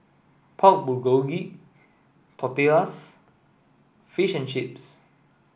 Pork Bulgogi Tortillas Fish and Chips